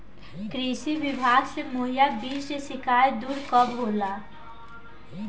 कृषि विभाग से मुहैया बीज के शिकायत दुर कब होला?